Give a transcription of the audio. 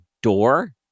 Door